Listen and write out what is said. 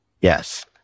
Yes